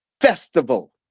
festival